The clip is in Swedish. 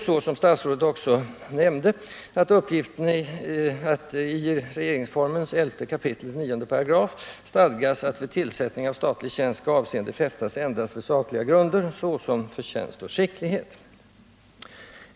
Som statsrådet också nämnde förhåller det sig så att det i regeringsformens 11 kap. 9 § stadgas att vid tillsättande av statlig tjänst skall avseende fästas endast vid sakliga grunder, såsom förtjänst och skicklighet.